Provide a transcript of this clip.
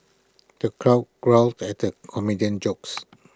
the crowd guffawed at the comedian's jokes